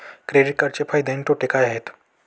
Credit कार्डचे फायदे आणि तोटे काय आहेत?